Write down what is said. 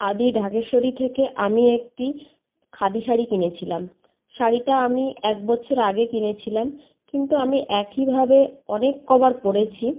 আদি ঢাকেশ্বরী থেকে আমি একটি খাদি শাড়ি কিনেছিলাম শাড়িটা আমি এক বছর আগে কিনেছিলাম কিন্তু আমি একইভাবে অনেক কবার পরেছি